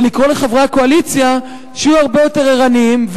ולקרוא לחברי הקואליציה שיהיו הרבה יותר ערניים,